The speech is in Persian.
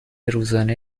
روزانه